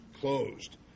closed